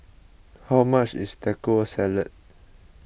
how much is Taco Salad